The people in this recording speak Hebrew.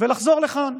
ולחזור לכאן.